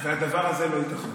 הדבר הזה לא ייתכן.